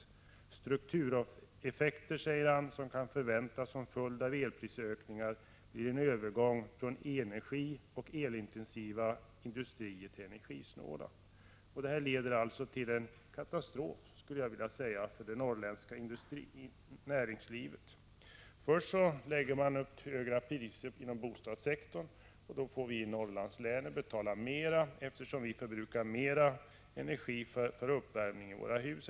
De struktureffekter, säger han, som kan förväntas som en följd av elprisökningar är en övergång från elenergi och elintensiva industrier till energisnåla industrier. Detta leder alltså, skulle jag vilja säga, till en katastrof för det norrländska näringslivet. Först lägger man fast höga priser inom bostadssektorn. Vi i Norrlandslänen får då betala mera, eftersom vi förbrukar mer energi för uppvärmning av våra hus.